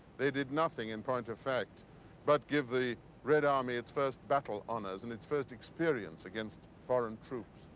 they did nothing in point of fact but give the red army its first battle honors and its first experience against foreign troops.